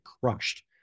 crushed